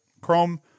Chrome